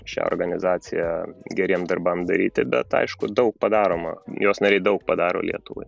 šią organizaciją geriem darbam daryti bet aišku daug padaroma jos nariai daug padaro lietuvai